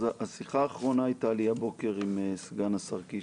השיחה האחרונה הייתה לי הבוקר עם סגן השר קיש,